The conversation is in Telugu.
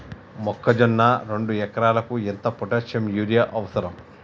మొక్కజొన్న రెండు ఎకరాలకు ఎంత పొటాషియం యూరియా అవసరం?